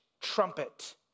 trumpet